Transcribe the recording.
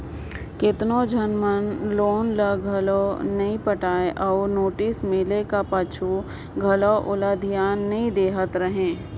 केतनो झन मन लोन ल घलो नी पटाय अउ नोटिस मिले का पाछू घलो ओला धियान नी देहत रहें